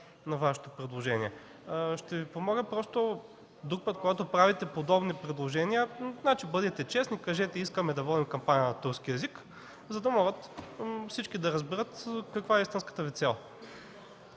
на Вашето предложение. Ще Ви помоля друг път, когато правите подобни предложения, бъдете честни и кажете – искаме да водим кампания на турски език, за да могат всички да разберат каква е истинската Ви цел.